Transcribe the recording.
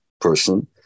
person